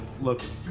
looks